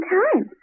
time